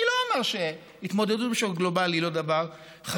אני לא אומר שהתמודדות בשוק הגלובלי היא לא דבר חשוב,